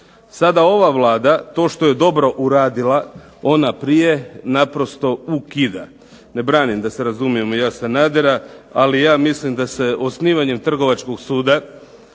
Sada ova Vlada to što je dobro uradila ona prije naprosto ukida. ne branim da se razumijemo ja Sanadera, ali ja mislim da se osnivanjem trgovačkom suda